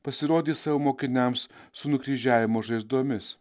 pasirodys savo mokiniams su nukryžiavimo žaizdomis